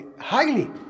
highly